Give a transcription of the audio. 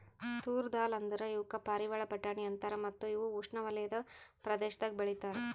ತೂರ್ ದಾಲ್ ಅಂದುರ್ ಇವುಕ್ ಪಾರಿವಾಳ ಬಟಾಣಿ ಅಂತಾರ ಮತ್ತ ಇವು ಉಷ್ಣೆವಲಯದ ಪ್ರದೇಶದಾಗ್ ಬೆ ಳಿತಾರ್